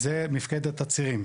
זה "מפקדת הצירים".